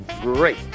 great